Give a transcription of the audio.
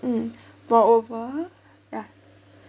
mm moreover ya